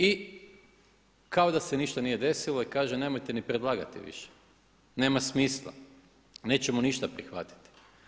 I kao da se ništa nije desilo i kaže nemojte ni predlagati više, nema smisla, nećemo ništa prihvatiti.